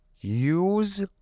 Use